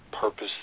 purpose